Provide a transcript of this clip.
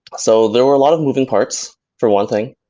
so there were a lot of moving parts for one thing.